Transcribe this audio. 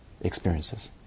experiences